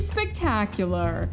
Spectacular